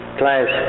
class